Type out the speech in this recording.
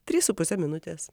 trys su puse minutės